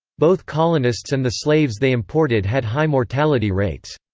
both colonists and the slaves they imported had high mortality rates.